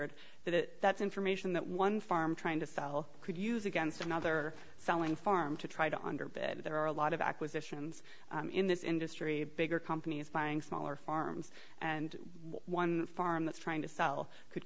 that that's information that one farm trying to sell could use against another selling farm to try to underbid there are a lot of acquisitions in this industry bigger companies buying smaller farms and one farm that's trying to sell could